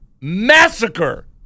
massacre